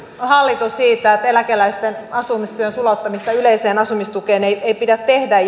hallitus siitä että eläkeläisten asumistuen sulauttamista yleiseen asumistukeen ei ei pidä tehdä